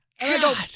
God